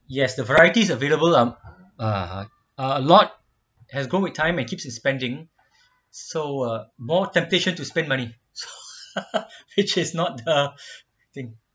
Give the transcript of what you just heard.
yes the varieties available are ah ha are a lot as go with time and keeps expanding so uh more temptation to spend money which is not a thing